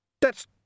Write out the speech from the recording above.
That's